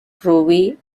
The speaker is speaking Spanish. ruby